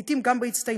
לעתים גם בהצטיינות,